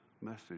message